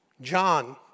John